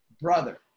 brother